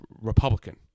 Republican